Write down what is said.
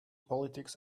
politics